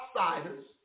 outsiders